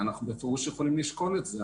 אנחנו בפירוש יכולים לשקול את זה.